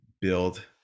build